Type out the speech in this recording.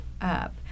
up